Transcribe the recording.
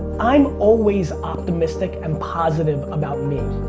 i'm always optimistic and positive about me.